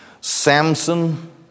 Samson